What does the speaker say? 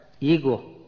ego